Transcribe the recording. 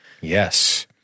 yes